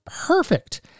perfect